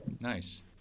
Nice